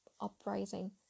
uprising